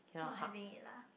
not having it lah